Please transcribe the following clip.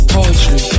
Poetry